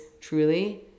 truly